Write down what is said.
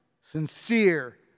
sincere